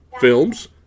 films